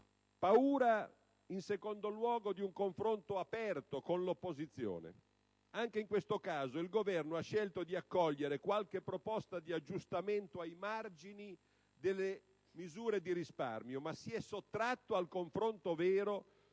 paura di un confronto aperto con l'opposizione. Anche in questo caso il Governo ha scelto di accogliere qualche proposta di aggiustamento ai margini delle misure di risparmio, ma si è sottratto al confronto vero